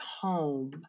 home